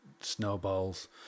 snowballs